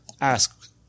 ask